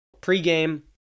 Pre-game